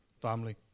family